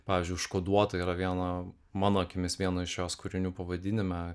pavyzdžiui užkoduota yra viena mano akimis vieno iš jos kūrinių pavadinime